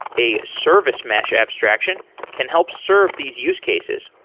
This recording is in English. a service mesh abstraction can help serve these use cases.